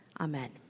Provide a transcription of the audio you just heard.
Amen